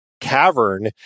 cavern